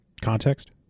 Context